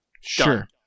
sure